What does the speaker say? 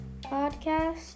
podcast